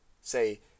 say